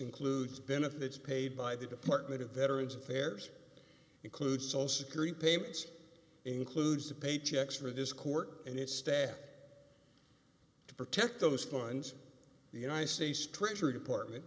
includes benefits paid by the department of veterans affairs includes all security payments includes the paychecks for this court and its staff to protect those funds the united states treasury department